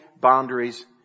boundaries